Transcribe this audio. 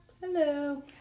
Hello